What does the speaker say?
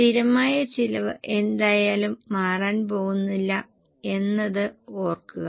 സ്ഥിരമായ ചിലവ് എന്തായാലും മാറാൻ പോകുന്നില്ല എന്നത് ഓർക്കുക